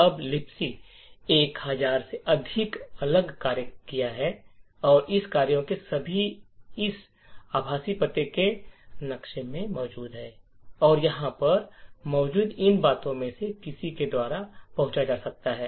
अब Libc एक हजार से अधिक अलग कार्य किया है और इस कार्यों के सभी इस आभासी पते के नक्शे में मौजूद है औरयहां पर मौजूद इन पतो में से किसी के द्वारा पहुँचा जा सकता है